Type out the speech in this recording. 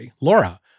Laura